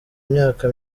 imyaka